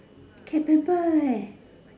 can pamper leh